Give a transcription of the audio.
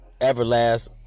Everlast